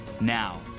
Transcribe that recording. Now